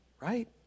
Right